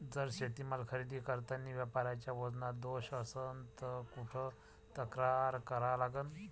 जर शेतीमाल खरेदी करतांनी व्यापाऱ्याच्या वजनात दोष असन त कुठ तक्रार करा लागन?